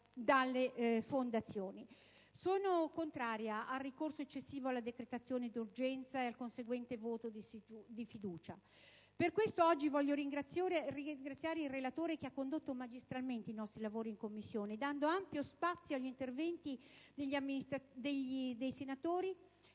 dalle fondazioni. Sono contraria al ricorso eccessivo alla decretazione d'urgenza e al conseguente voto di fiducia. Per questo motivo voglio oggi ringraziare il relatore che ha condotto magistralmente i lavori in Commissione, dando ampio spazio agli interventi dei senatori